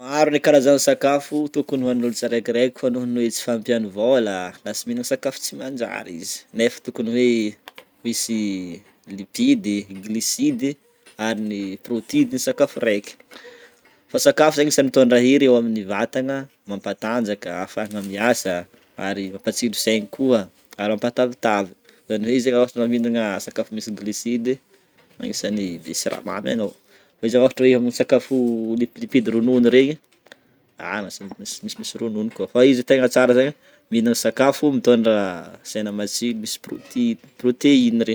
Maro le karazana sakafo tokony hoanin'olo tsirekireky fa nony hoe tsy fampian'ny vola lasa mihinana sakafo tsy manjary izy, nefa tokony hoe misy lipidy, glucide, ary ny protides ny sakafo raika, fa ny sakafo zany anisany mitondra hery amin'ny vatagna mampatanjaka afahana miasa ary mampasilo saigna koa, ary ampatavitavy, zany hoe zany izy ko ano mihinana sakafo misy glucide agnisany bé siramamy agnao, izy ra ôhatra hoe omana sakafo lipilipida ronono regny a masay misy ronono koa fa tegna tsara zegny mihinana sakafo mitondra segna matsilo misy protid-proteine regny.